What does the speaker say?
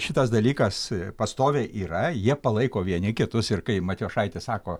šitas dalykas pastoviai yra jie palaiko vieni kitus ir kai matijošaitis sako